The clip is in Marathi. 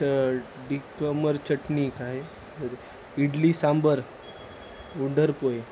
च डिकमर चटणी काय इडली सांबर उंडर पोहे